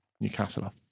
Newcastle